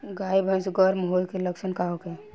गाय भैंस गर्म होय के लक्षण का होखे?